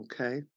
Okay